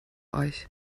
euch